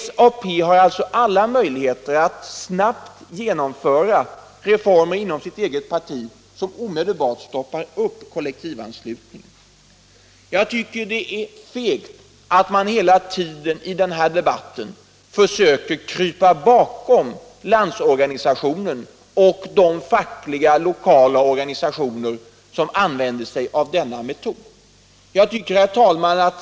SAP har alltså alla möjligheter att snabbt genomföra reformer inom partiet som omedelbart stoppar kollektivanslutningen. Jag tycker det är fegt att man hela tiden i den här debatten försöker krypa bakom Landsorganisationen och de fackliga lokala organisationer som använder sig av denna metod.